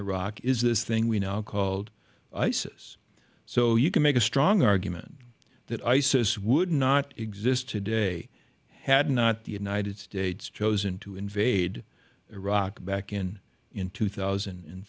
iraq is this thing we now called isis so you can make a strong argument that isis would not exist today had not the united states chosen to invade iraq back in in two thousand and